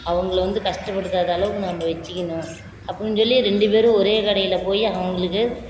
அவங்கள வந்து கஷ்டப்படுத்தாத அளவுக்கு நம்ம வச்சிக்கணும் அப்புடின்னு சொல்லி ரெண்டு பேரும் ஒரே கடையில் போய் அவங்களுக்கு